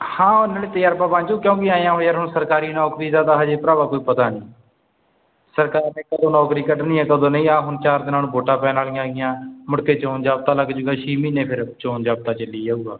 ਹਾਂ ਨਾਲੇ ਤਜਰਬਾ ਬਣ ਜੂ ਕਿਉਂਕਿ ਐਂ ਹੋਏ ਯਾਰ ਹੁਣ ਸਰਕਾਰੀ ਨੌਕਰੀ ਦਾ ਤਾਂ ਹਜੇ ਭਰਾਵਾ ਕੋਈ ਪਤਾ ਨਹੀਂ ਸਰਕਾਰ ਨੇ ਕਦੋਂ ਨੌਕਰੀ ਕੱਢਣੀ ਹੈ ਕਦੋਂ ਨਹੀਂ ਆਹ ਹੁਣ ਚਾਰ ਦਿਨਾਂ ਨੂੰ ਵੋਟਾਂ ਪੈਣ ਵਾਲੀਆਂ ਹੈਗੀਆਂ ਮੁੜ ਕੇ ਚੋਣ ਜਾਬਤਾ ਲੱਗ ਜਾਊਗਾ ਛੇ ਮਹੀਨੇ ਫਿਰ ਚੋਣ ਜਾਬਤਾ ਚੱਲੀ ਜਾਊਗਾ